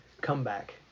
comeback